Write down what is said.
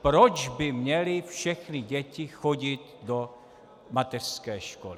Proč by měly všechny děti chodit do mateřské školy?